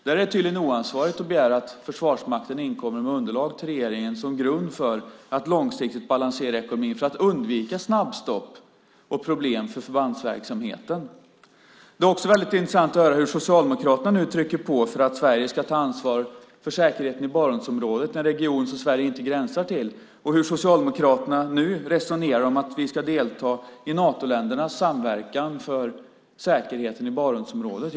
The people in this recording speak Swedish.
Det är tydligen oansvarigt att begära att Försvarsmakten inkommer med underlag till regeringen som grund för att långsiktigt balansera ekonomin för att undvika snabbstopp och problem för förbandsverksamheten. Det är också väldigt intressant att höra hur Socialdemokraterna nu trycker på att Sverige ska ta ansvar för säkerheten i Barentsområdet, en region som Sverige inte gränsar till, och hur Socialdemokraterna nu resonerar om att vi ska delta i Natoländernas samverkan för säkerheten i Barentsområdet.